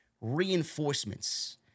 reinforcements